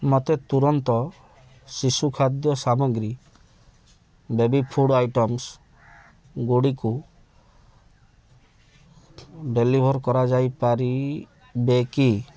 ମୋତେ ତୁରନ୍ତ ଶିଶୁ ଖାଦ୍ୟ ସାମଗ୍ରୀ ବେବି ଫୁଡ଼୍ ଆଇଟମ୍ସଗୁଡ଼ିକୁ ଡ଼େଲିଭର୍ କରାଯାଇପାରିବେ କି